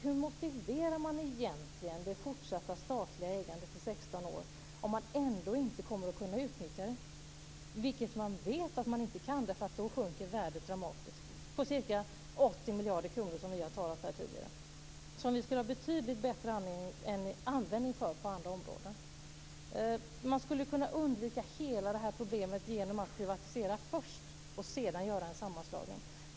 Hur motiverar man egentligen det fortsatta statliga ägandet i 16 år om man ändå inte kommer att kunna utnyttja det? Man vet ju att man inte kan det, eftersom värdet då sjunker dramatiskt med ca 80 miljoner kronor som vi har talat om här tidigare. Vi skulle ha betydligt bättre användning för dessa pengar på andra områden. Man skulle kunna undvika hela det här problemet genom att privatisera först och sedan göra en sammanslagning.